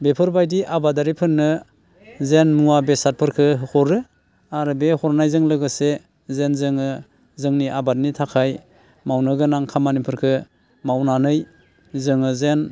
बेफोरबायदि आबादारिफोरनो जेन मुवा बेसादफोरखौ हरो आरो बे हरनारजों लोगोसे जेन जोङो जोंनि आबादनि थाखाय मावनो गोनां खामानिफोरखौ मावनानै जोङो जेन